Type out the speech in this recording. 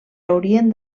haurien